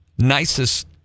nicest